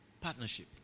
Partnership